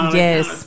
yes